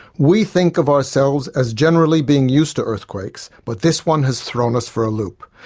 we think of ourselves as generally being used to earthquakes, but this one has thrown us for a loop.